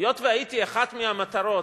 היות שהייתי אחת המטרות,